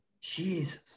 Jesus